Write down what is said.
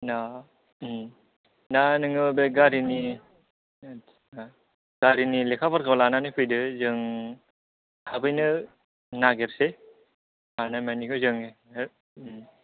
ओम ना नोङो बै गारिनि गारिनि लेखाफोरखौ लानानै फैदो जों थाबैनो नागिरनोसै हानाय मानिखौ जों ओम